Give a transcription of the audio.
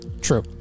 True